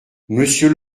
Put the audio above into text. monsieur